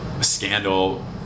scandal